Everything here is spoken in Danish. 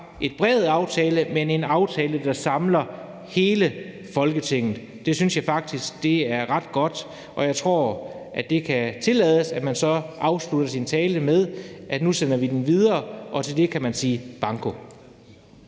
en bred aftale, men en aftale, der samler hele Folketinget. Det synes jeg faktisk er ret godt, og jeg tror, at det kan tillades, at man så afslutter sin tale med at sige, at nu sender vi den videre, og til det kan man sige: Banko!